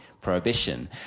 prohibition